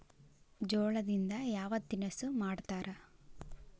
ಜೋಳದಿಂದ ಯಾವ ತಿನಸು ಮಾಡತಾರ?